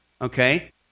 okay